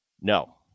No